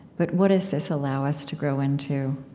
but what does this allow us to grow into?